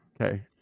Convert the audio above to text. Okay